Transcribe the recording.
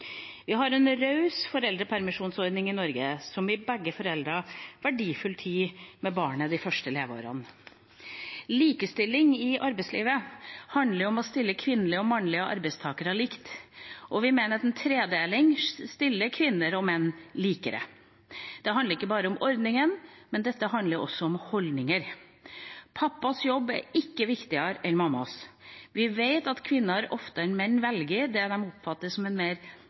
Vi har en raus foreldrepermisjonsordning i Norge som gir begge foreldre verdifull tid med barnet de første leveårene. Likestilling i arbeidslivet handler om å stille kvinnelige og mannlige arbeidstakere likt, og vi mener at en tredeling stiller kvinner og menn likere. Det handler ikke bare om ordninger, men også om holdninger. Pappas jobb er ikke viktigere enn mammas. Vi vet at kvinner oftere enn menn velger det de oppfatter som mer